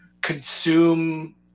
consume